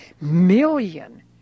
million